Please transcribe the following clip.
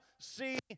see